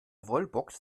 wallbox